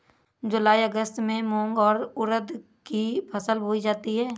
जूलाई अगस्त में मूंग और उर्द की फसल बोई जाती है